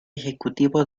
ejecutivo